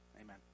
Amen